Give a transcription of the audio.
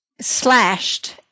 Slashed